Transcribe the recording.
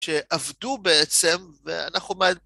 שעבדו בעצם, ואנחנו מעדיפים...